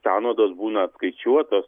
sąnaudos būna apskaičiuotos